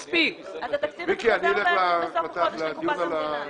התקציב הזה חוזר בסוף החודש לקופת המדינהה.